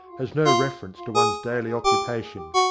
has no reference to one's daily occupation.